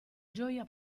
gioia